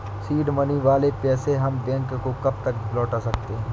Seed money वाले पैसे हम बैंक को कब तक लौटा सकते हैं?